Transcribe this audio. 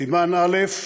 סימן א',